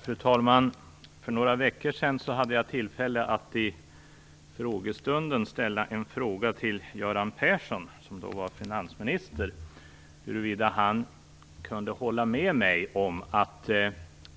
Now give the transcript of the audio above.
Fru talman! För några veckor sedan hade jag tillfälle att i frågestunden ställa en fråga till Göran Persson, som då var finansminister, om huruvida han kunde hålla med mig om att